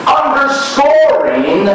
underscoring